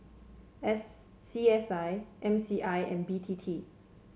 S C S I M C I and B T T